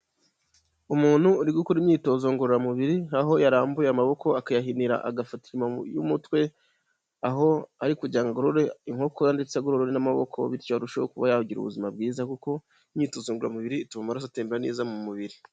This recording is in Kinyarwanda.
Umuntu uri gukora imyitozo ngororamubiri, aho yarambuye amaboko akayahinira agafata y'umutwe, aho ari kugira ngo agorore inkokora ndetse agorore n'amaboko bityo arushaho kuba yagira ubuzima bwiza kuko imyitozo ngororamubiri ituma amaraso atembera neza mu mubiri.